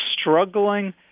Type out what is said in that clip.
struggling